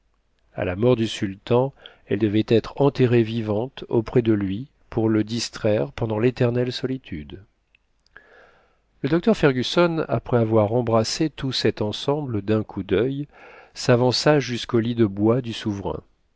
a la mort du sultan elles devaient être enterrées vivantes auprès de lui pour le distraire pendant l'éternelle solitude le docteur fergusson après avoir embrassé tout cet ensemble d'un coup d'il s'avança jusqu'au lit de bois du souverain